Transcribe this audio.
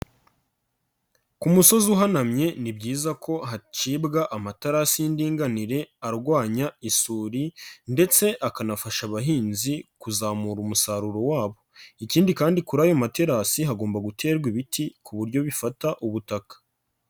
Ku musozi uhanamye ni byiza ko hacibwa amaterasi y'indinganire, arwanya isuri ndetse akanafasha abahinzi kuzamura umusaruro wabo. Ikindi kandi kuri ayo materasi hagomba guterwa ibiti ku buryo bifata ubutaka.